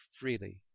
freely